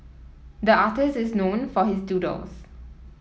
the artist is known for his doodles